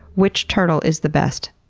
which turtle is the best?